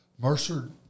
Mercer